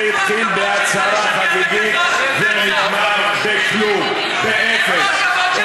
זה התחיל בהצהרה חגיגית ונגמר בכלום, באפס.